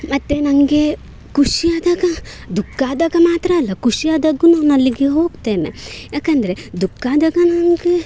ಮತ್ತು ನನಗೆ ಖುಷಿ ಆದಾಗ ದುಃಖಾದಾಗ ಮಾತ್ರ ಅಲ್ಲ ಖುಷಿ ಆದಾಗೂ ನಾನಲ್ಲಿಗೆ ಹೋಗ್ತೇನೆ ಯಾಕಂದರೆ ದುಃಖಾದಾಗ ನನಗೆ